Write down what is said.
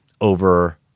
over